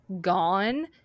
gone